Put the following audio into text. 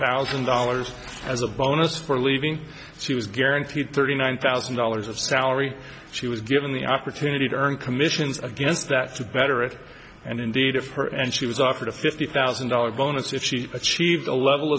thousand dollars as a bonus for leaving she was guaranteed thirty nine thousand dollars of salary she was given the opportunity to earn commissions against that to better it and indeed of her and she was offered a fifty thousand dollars bonus if she achieved a level